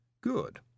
Good